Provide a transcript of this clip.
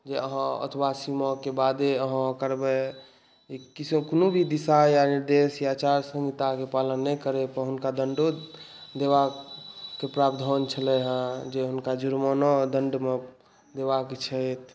जे अहाँ ओतबा सीमाके बादे अहाँ करबै ईसभ कोनो भी दिशा या निर्देश या आचार संहिताक पालन नहि करय पर हुनका दण्डो देबाक प्रावधान छलै हेँ जे हुनका जुर्माना आ दण्डमे देबाक छैक